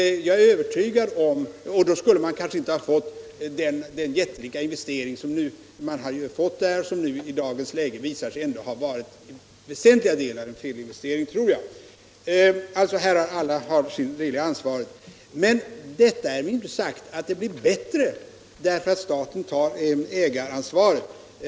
Då skulle den jättelika investering som nu gjorts där inte kommit till. Jag tror att den i dagens läge till väsentliga delar visar sig vara en felinvestering. Alla har alltså sin del i ansvaret. Det är inte sagt att det blir bättre därför att staten tar över ägaransvaret.